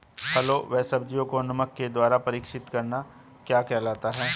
फलों व सब्जियों को नमक के द्वारा परीक्षित करना क्या कहलाता है?